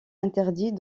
interdit